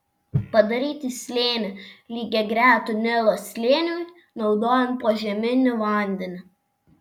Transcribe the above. padaryti slėnį lygiagretų nilo slėniui naudojant požeminį vandenį